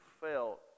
felt